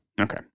Okay